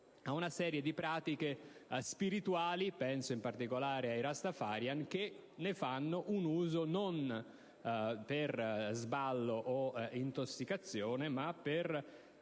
a una serie di pratiche spirituali: penso in particolare ai rastafariani, che la usano non per "sballo" o per intossicarsi ma per